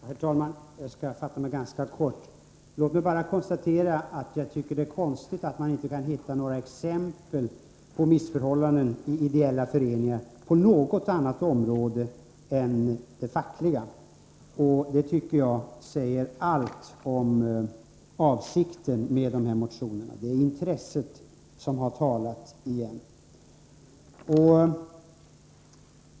Herr talman! Jag skall fatta mig ganska kort. Låt mig bara konstatera att det är konstigt att man inte kan hitta några exempel på missförhållanden i ideella föreningar på något annat område än det fackliga. Det tycker jag säger allt om avsikten med dessa motioner. Det är intresset som har talat igen.